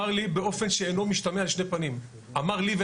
אמר לי באופן שאינו משתמע לשני פנים,